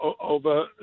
over